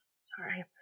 sorry